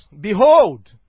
Behold